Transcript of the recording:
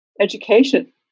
education